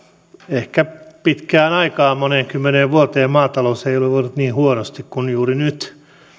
ehkä pitkään aikaan moneen kymmeneen vuoteen maatalous ei ole voinut niin huonosti kuin juuri nyt